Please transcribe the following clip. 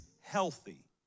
healthy